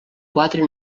quatre